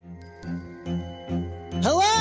Hello